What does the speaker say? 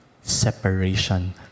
separation